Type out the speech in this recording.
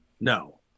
No